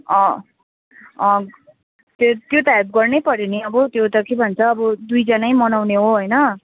त्यो त हेल्प गर्न पऱ्यो नि अब त्यो त के भन्छ अब दुइजना मनाउने हो होइन